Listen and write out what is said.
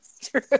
True